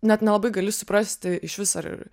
net nelabai gali suprasti iš vis ar